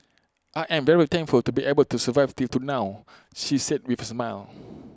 I am very thankful to be able to survive till to now she said with A smile